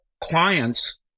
clients